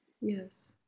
yes